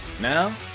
Now